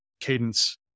Cadence